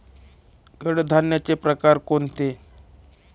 कडधान्याचे प्रकार कोणते?